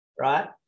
right